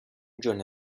giorno